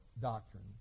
doctrine